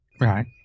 Right